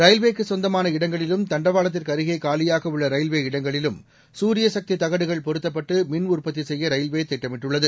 ரயில்வேக்கு சொந்தமான இடங்களிலும் தண்டவாளத்திற்கு அருகே காலியாக உள்ள ரயில்வே இடங்களிலும் குரியசக்தி தகடுகள் பொருத்தப்பட்டு மின் உற்பத்தி செய்ய ரயில்வே திட்டமிட்டுள்ளது